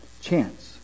chance